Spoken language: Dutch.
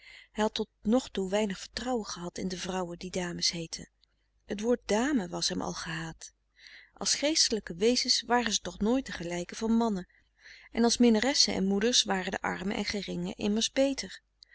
tot nog toe weinig vertrouwen gehad in de vrouwen die dames heeten het woord dame was hem al gehaat als geestelijke wezens waren ze toch nooit de gelijke van mannen en als minnaressen en moeders waren de armen en geringen immers beter